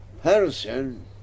person